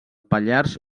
pallars